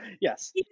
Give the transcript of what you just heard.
Yes